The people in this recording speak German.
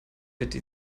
bitte